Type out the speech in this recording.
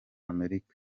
amerika